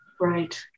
right